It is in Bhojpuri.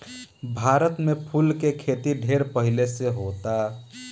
भारत में फूल के खेती ढेर पहिले से होता